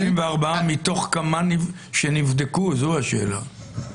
34 מתוך כמה שנבדקו, זו השאלה.